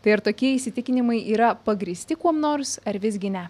tai ar tokie įsitikinimai yra pagrįsti kuom nors ar visgi ne